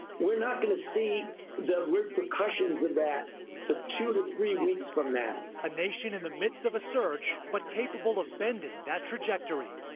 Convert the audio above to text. we're not going to see the repercussions of that for two to three weeks from now. reporter a nation in the midst of a surge but capable of bending that trajectory.